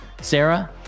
Sarah